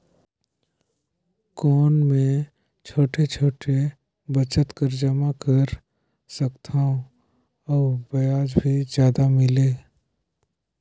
कौन मै छोटे छोटे बचत कर जमा कर सकथव अउ ब्याज भी जादा मिले?